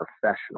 professional